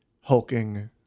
hulking